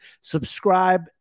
subscribe